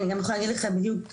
אני גם אוכל להגיד לך בדיוק איזה,